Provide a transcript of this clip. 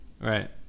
Right